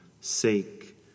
sake